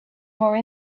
more